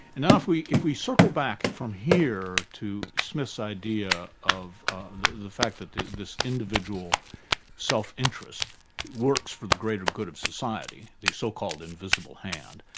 and now if we if we circle back from here to smith's idea of the fact that this individual self-interest works for the greater good of society, the so-called invisible hand,